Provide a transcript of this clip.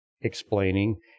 explaining